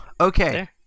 okay